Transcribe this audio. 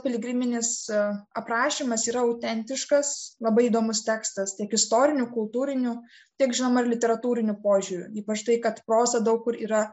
piligriminėse aprašymas yra autentiškas labai įdomus tekstas tiek istoriniu kultūriniu tiek žinoma ir literatūriniu požiūriu ypač tai kad proza daug kur yra